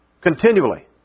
Continually